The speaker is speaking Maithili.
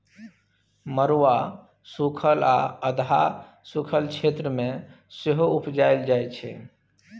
मरुआ सुखल आ अधहा सुखल क्षेत्र मे सेहो उपजाएल जाइ छै